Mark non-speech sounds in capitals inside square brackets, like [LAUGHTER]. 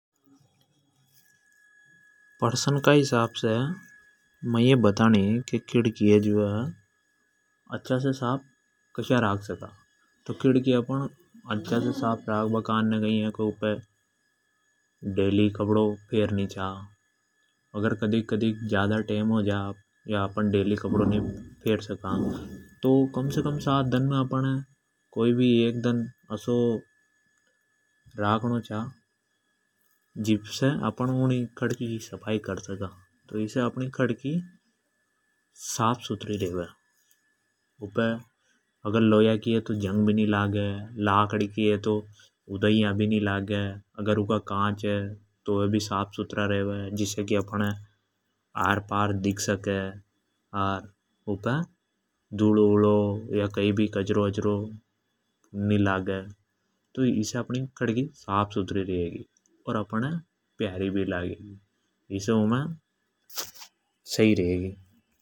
प्रश्न का हिसाब से मै ये ये बतानी की खड़की ये अच्छा से कसा साफ राख सका। खिड़की ये अच्छा से साफ राख [NOISE] बा कान ने रोज कपडो फर्नी छा। कम से कम सात दन मे असो एक दन तो राख नी छा। जिमे अपण खिड़की की सफाई कर कर सका इसे अपनी खिड़की साफ रेवे। रेवे उपे अगर लोया की है तो जंग नी लागे, लकड़ी की है तो उदैया नी लागे। ऊँका काँच भी साफ सुथरा रेवे। जिसे की अपण आर पार देख सका। उपे कई भी धुलो उलो कई भी कचरे नी लागे। तो इसे अपणी खिड़की साफ सुथरी रेवे अर प्यारी भी लागे।